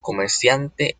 comerciante